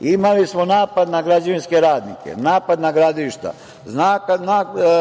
imali smo napad na građevinske radnike, napad na gradilišta,